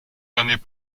années